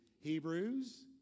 Hebrews